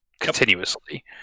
continuously